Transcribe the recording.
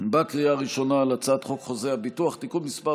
בקריאה הראשונה על הצעת חוק חוזה הביטוח (תיקון מס'